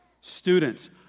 Students